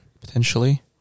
potentially